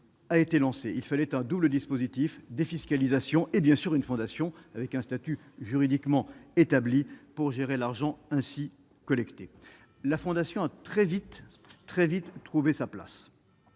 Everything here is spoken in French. a été lancée, il fallait un double dispositif : défiscalisation et bien sûr une fondation avec un statut juridiquement établie pour gérer l'argent ainsi collecté, la fondation a très vite, très vite trouver sa place,